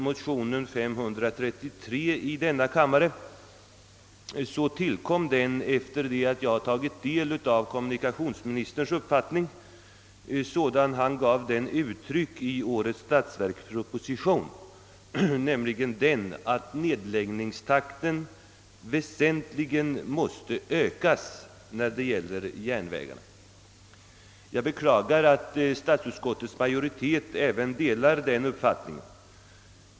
Motion 533 i denna kammare tillkom sedan jag tagit del av kommunikationsministerns uppfattning sådan den kom till uttryck i årets statsverksproposition, nämligen att »nedläggningstakten för järnvägarna väsentligen måste ökas». Jag beklagar att statsutskottets majoritet delar den uppfattningen.